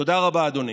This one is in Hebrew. תודה רבה, אדוני.